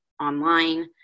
online